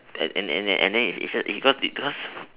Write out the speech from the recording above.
and and and then and then be because because